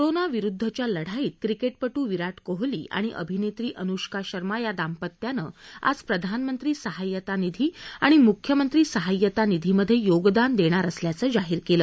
कोरोनाविरुद्वच्या लढाईत क्रिकेटपटू विराट कोहली आणि अभिनेत्री अनुष्का शर्मा या दाम्पत्यानं आज प्रधानमंत्री सहाय्यता निधी आणि मुख्यमंत्री सहाय्यता निधीमध्ये योगदान देणार असल्याचं जाहीर केलं